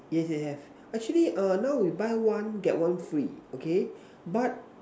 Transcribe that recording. yes yes have actually err now we buy one get one free okay but